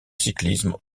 cyclisme